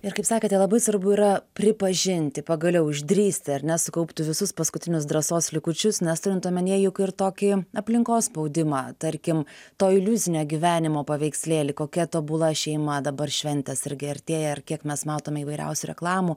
ir kaip sakėte labai svarbu yra pripažinti pagaliau išdrįsti ar ne sukaupti visus paskutinius drąsos likučius nes turint omenyje juk ir tokį aplinkos spaudimą tarkim to iliuzinio gyvenimo paveikslėlį kokia tobula šeima dabar šventės irgi artėja ir kiek mes matome įvairiausių reklamų